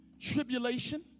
tribulation